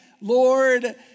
Lord